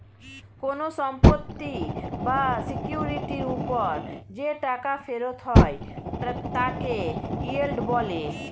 কোন সম্পত্তি বা সিকিউরিটির উপর যে টাকা ফেরত হয় তাকে ইয়েল্ড বলে